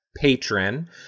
Patron